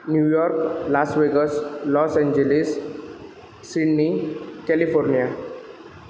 New York Las Vegas Los Angeles Sydney California